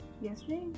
yesterday